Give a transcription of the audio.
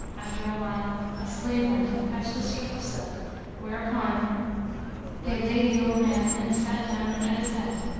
after awhile a slave went and fetched a strip of silk whereupon they lay the old man and sat down at his head.